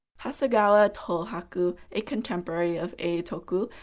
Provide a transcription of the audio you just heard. hasegawa tohaku, a contemporary of eitoku,